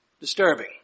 Disturbing